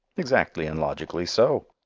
exactly and logically so.